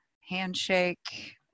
handshake